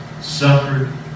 suffered